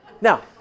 Now